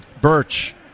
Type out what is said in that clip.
birch